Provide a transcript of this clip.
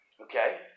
Okay